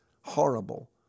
Horrible